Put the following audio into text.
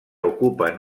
ocupen